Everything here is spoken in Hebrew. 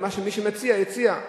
למה שמי שמציע הציע.